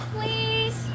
Please